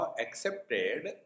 accepted